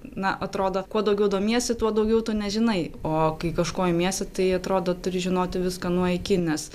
na atrodo kuo daugiau domiesi tuo daugiau tu nežinai o kai kažko imiesi tai atrodo turi žinoti viską nuo iki nes